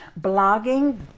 blogging